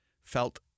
felt